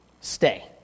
Stay